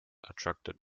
attracted